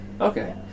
okay